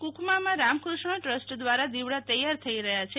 કુકમામાં Ramakrishna trust દ્વારા દીવડા તૈયાર થઇ રહ્યા છે